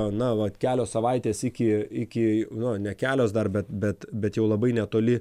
na vat kelios savaitės iki iki nu ne kelios dar bet bet bet jau labai netoli